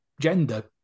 gender